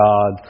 God